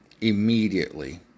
immediately